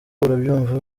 urabyumva